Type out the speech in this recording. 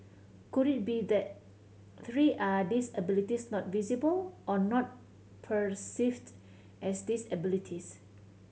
could it be that three are disabilities not visible or not perceived as disabilities